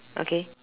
okay